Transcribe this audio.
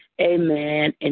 amen